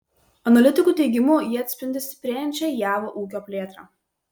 analitikų teigimu jie atspindi stiprėjančią jav ūkio plėtrą